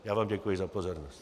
Já vám děkuji za pozornost.